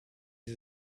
sie